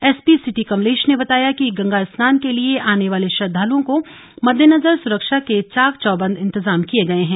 SP city Kamlesh ने बताया कि गंगा स्नान के लिए आने वाले श्रद्वालुओं को मद्देनजर सुरक्षा के चाक चौबंद इंतजाम किए गये हैं